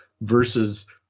versus